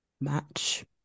match